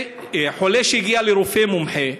חולה שהגיע לרופא מומחה,